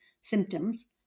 symptoms